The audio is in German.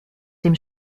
dem